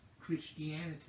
Christianity